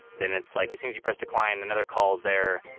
then it's like as soon as you press decline another call's there.